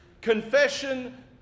confession